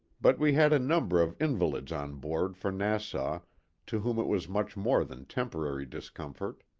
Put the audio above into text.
but we had a number of invalids on board for nassau to whom it was much more than temporary discomfort.